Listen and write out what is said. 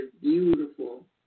beautiful